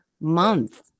month